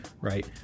right